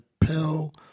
Pell